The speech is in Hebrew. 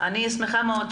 אני שמחה מאוד,